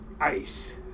ice